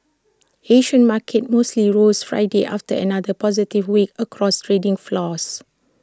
Asian markets mostly rose Friday after another positive week across trading floors